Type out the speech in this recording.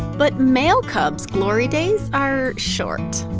but male cubs' glory days are short.